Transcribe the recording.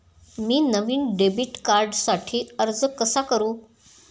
मी नवीन डेबिट कार्डसाठी अर्ज कसा करू?